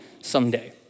someday